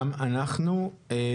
גם אנחנו נשמח.